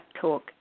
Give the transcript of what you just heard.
Talk